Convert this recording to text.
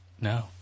No